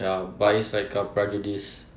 ya but it's like a prejudice